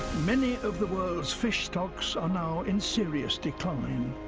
many of the world's fish stocks are now in serious decline.